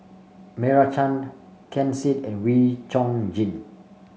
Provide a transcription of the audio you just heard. Meira Chand Ken Seet and Wee Chong Jin